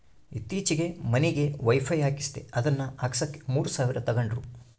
ಈತ್ತೀಚೆಗೆ ಮನಿಗೆ ವೈಫೈ ಹಾಕಿಸ್ದೆ ಅದನ್ನ ಹಾಕ್ಸಕ ಮೂರು ಸಾವಿರ ತಂಗಡ್ರು